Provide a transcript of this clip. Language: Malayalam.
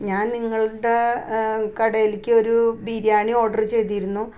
ഞാൻ നിങ്ങളുടെ കടയിലേക്ക് ഒരു ബിരിയാണി ഓർഡർ ചെയ്തിരുന്നു